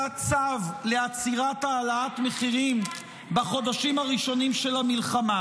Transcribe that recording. צו לעצירת העלאת מחירים בחודשים הראשונים של המלחמה,